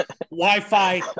Wi-Fi